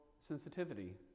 sensitivity